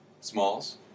Smalls